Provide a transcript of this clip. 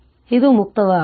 ಆದ್ದರಿಂದ ಇದು ಮುಕ್ತವಾಗಿದೆ